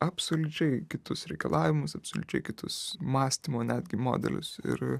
absoliučiai kitus reikalavimus absoliučiai kitus mąstymo netgi modelius ir